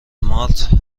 مارت